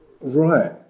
Right